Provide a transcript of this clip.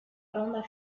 ronda